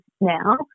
now